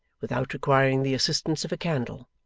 without requiring the assistance of a candle.